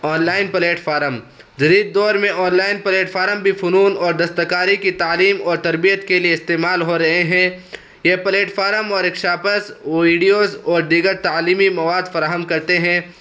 on line platform جدید دور میں آن لائن پلیٹفارم بھی فنون اور دستکاری کی تعلیم اور تربیت کے لیے استعمال ہو رہے ہیں یہ پلیٹفارم ورک شاپس و ویڈیوز اور دیگر تعلیمی مواد فراہم کرتے ہیں